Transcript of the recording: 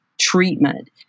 treatment